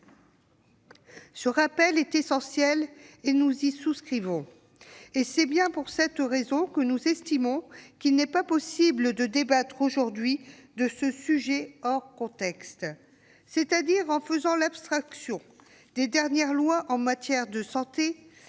Ce rappel est essentiel. Nous y souscrivons, raison pour laquelle nous estimons qu'il n'est pas possible de débattre aujourd'hui de ce sujet hors contexte, c'est-à-dire en faisant abstraction des dernières lois relatives à la santé,